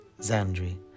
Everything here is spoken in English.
Zandri